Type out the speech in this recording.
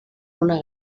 una